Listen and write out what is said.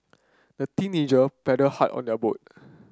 the teenager paddled hard on their boat